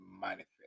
manifest